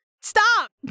Stop